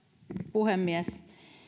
puhemies